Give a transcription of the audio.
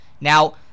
Now